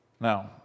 Now